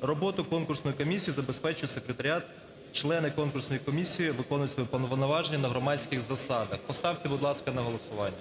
роботу конкурсної комісії забезпечує секретаріат. Члени конкурсної комісії виконують свої повноваження на громадських засадах". Поставте, будь ласка, на голосування.